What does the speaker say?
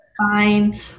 fine